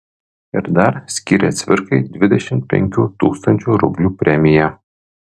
ir dar skyrė cvirkai dvidešimt penkių tūkstančių rublių premiją